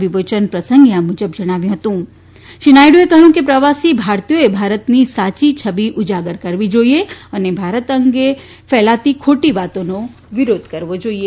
વિમોચન પ્રસંગે આ મુજબ જણાવ્યું હતું્રી નાથડુએ કહ્યું કે પ્રવાસી ભારતીયોએ ભારતને સાયી છબી ઉજાગર કરવી જાઈએ અને ભારત અંગે ફેલાતી ખોટી વાતોનો વિરોધ કરવો જાઈએ